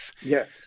Yes